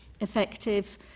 effective